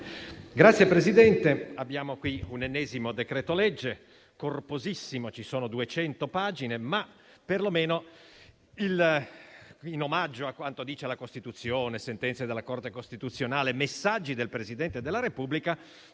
Signor Presidente, abbiamo qui un ennesimo decreto-legge, corposissimo (ci sono 200 pagine). Ma perlomeno, in omaggio a quanto dice la Costituzione e a quanto dicono le sentenze della Corte costituzionale e i messaggi del Presidente della Repubblica,